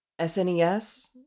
SNES